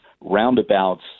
roundabouts